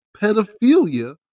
pedophilia